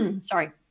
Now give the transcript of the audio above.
sorry